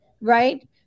right